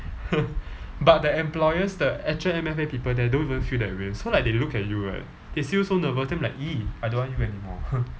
but the employers the actual M_F_A people there don't even feel that way so like they look at you right they see you so nervous then be like !ee! I don't want you anymore